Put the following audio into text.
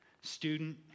Student